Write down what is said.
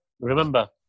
remember